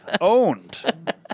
owned